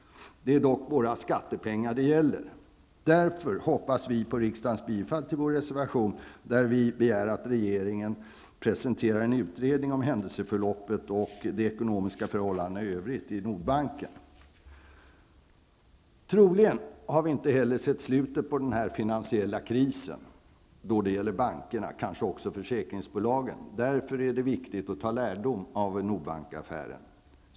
Det är dock våra skattepengar det gäller. Därför hoppas vi på riksdagens bifall till vår reservation, där vi begär att regeringen presenterar en utredning om händelseförloppet och de ekonomiska förhållandena i övrigt i Nordbanken. Troligen har vi inte heller sett slutet på den finansiella krisen då det gäller bankerna, kanske också försäkringsbolagen. Därför är det viktigt att ta lärdom av Nordbanksaffären.